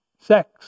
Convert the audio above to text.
sex